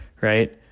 right